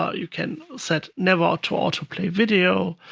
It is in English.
ah you can set never to autoplay videos.